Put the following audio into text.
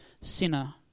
sinner